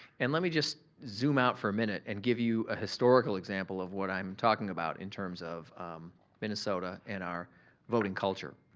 and lemme just zoom out for a minute and give you a historical example of what i'm talking about in terms of minnesota and our voting culture.